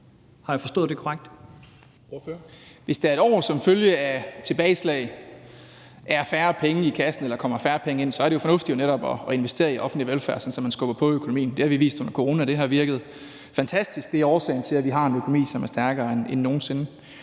Rabjerg Madsen (S): Hvis der et år som følge af tilbageslag er færre penge i kassen eller der kommer færre penge ind, så er det jo fornuftigt netop at investere i offentlig velfærd, sådan så man skubber på økonomien. Det har vi vist under corona, og det har virket fantastisk. Det er årsagen til, at vi har en økonomi, som er stærkere end nogen sinde.